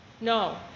no